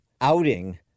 outing